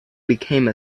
became